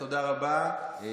תודה רבה.